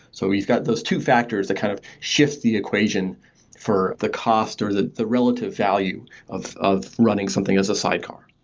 so we've got those two factors that kind of shift the equation for the cost or the the relative value of of running something as a sidecar.